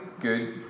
Good